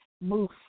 move